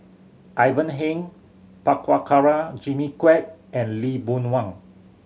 Ivan Heng Prabhakara Jimmy Quek and Lee Boon Wang